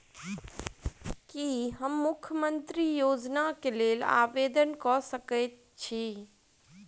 की हम मुख्यमंत्री योजना केँ लेल आवेदन कऽ सकैत छी?